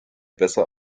besser